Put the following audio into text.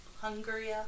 Hungary